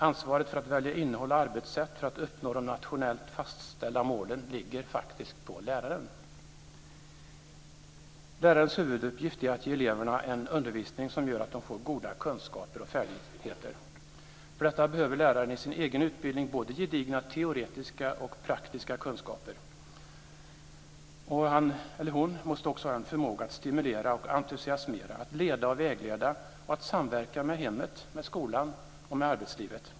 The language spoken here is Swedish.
Ansvaret för att välja innehåll och arbetssätt för att uppnå de nationellt fastställda målen ligger faktiskt på läraren. Lärarens huvuduppgift är att ge eleverna en undervisning som gör att de får goda kunskaper och färdigheter. För detta behöver läraren i sin egen utbildning gedigna både teoretiska och praktiska kunskaper. Han eller hon måste också ha en förmåga att stimulera och entusiasmera, att leda och vägleda och att samverka med hemmet, med skolan och med arbetslivet.